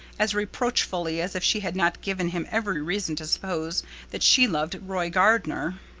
as reproachfully as if she had not given him every reason to suppose that she loved roy gardner.